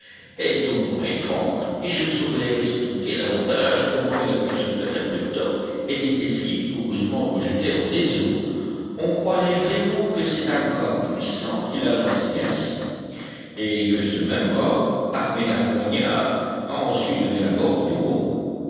est au moins étrange et je ne saurais expliquer davantage comment il a pu se faire que top ait été si vigoureusement rejeté hors des eaux on croirait vraiment que c'est un bras puissant qui l'a lancé ainsi et que ce même bras armé d'un poignard a ensuite donné la mort au dugong